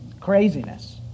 craziness